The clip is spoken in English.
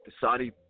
Saudi